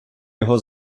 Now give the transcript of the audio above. його